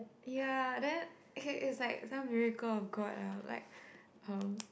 ya then okay is like some miracle of God ah like um